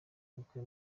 ubukwe